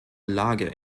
lage